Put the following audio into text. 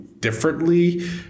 differently